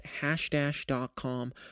hashdash.com